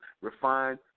Refined